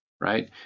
right